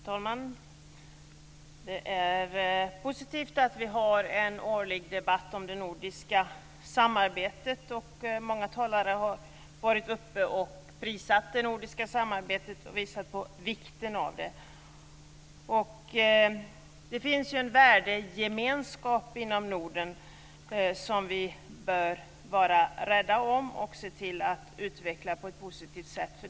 Fru talman! Det är positivt att vi har en årlig debatt om det nordiska samarbetet. Många talare har varit uppe i talarstolen och prisat det nordiska samarbetet och visat på vikten av det. Det finns ju en värdegemenskap inom Norden som vi bör vara rädda om och se till att utveckla på ett positivt sätt.